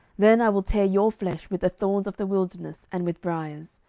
then i will tear your flesh with the thorns of the wilderness and with briers.